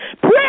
Pray